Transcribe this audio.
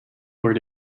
were